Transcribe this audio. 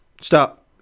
Stop